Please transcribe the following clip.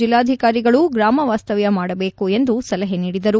ಜಿಲ್ಲಾಧಿಕಾರಿಗಳೂ ಗ್ರಾಮ ವಾಸ್ತವ್ಯ ಮಾಡಬೇಕು ಎಂದು ಸಲಹೆ ನೀಡಿದರು